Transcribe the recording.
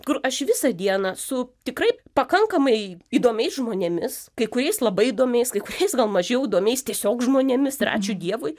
kur aš visą dieną su tikrai pakankamai įdomiais žmonėmis kuriais labai įdomiais kai kuriais gal mažiau įdomiais tiesiog žmonėmis ir ačiū dievui